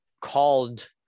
Called